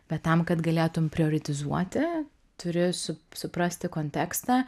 bet tam kad galėtum prioritizuoti turi sup suprasti kontekstą